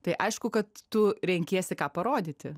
tai aišku kad tu renkiesi ką parodyti